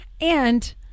And-